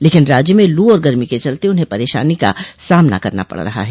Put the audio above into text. लेकिन राज्य में लू और गरमी के चलते उन्हें परेशानी का सामना करना पड़ रहा है